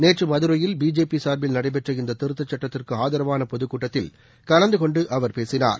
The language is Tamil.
நேற்று மதுரையில் பிஜேபி சார்பில் நடைபெற்ற இந்த திருத்தச் சுட்டத்திற்கு ஆதரவான பொதுக்கூட்டத்தில் கலந்து கொண்டு அவர் பேசினார்